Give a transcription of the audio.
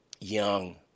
young